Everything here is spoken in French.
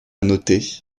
noter